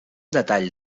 detall